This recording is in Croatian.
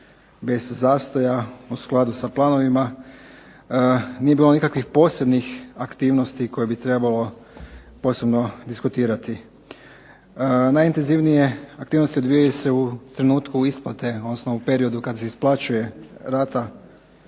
bez zastoja u skladu sa planovima, nije bilo nikakvih posebnih aktivnosti koje bi trebalo posebno diskutirati. Najintenzivnije aktivnosti odvijaju se u trenutku isplate, odnosno u periodu kad se isplaćuje rate